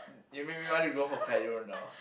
you make me want to go Hokkaido now